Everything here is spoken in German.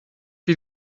die